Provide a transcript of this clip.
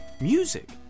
Music